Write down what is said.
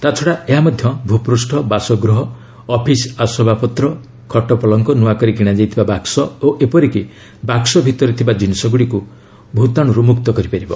ତାଛଡ଼ା ଏହା ମଧ୍ୟ ଭୂପୃଷ୍ଠ ବାସଗୃହ ଅଫିସ୍ ଆସବାବପତ୍ର ଖଟପଲଙ୍କ ନୂଆକରି କିଣାଯାଇଥିବା ବାକ୍ସ ଓ ଏପରିକି ବାକ୍ସ ଭିତରେ ଥିବା ଜିନିଷଗୁଡ଼ିକୁ ଭୂତାଣୁ ମୁକ୍ତ କରିପାରିବ